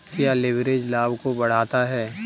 क्या लिवरेज लाभ को बढ़ाता है?